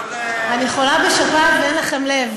אני חולה בשפעת ואין לכם לב.